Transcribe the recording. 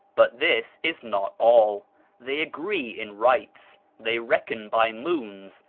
but this is not all they agree in rites, they reckon by moons,